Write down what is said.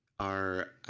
are